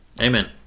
Amen